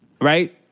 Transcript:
Right